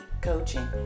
coaching